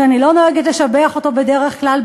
שאני לא נוהגת לשבח אותו בדרך כלל,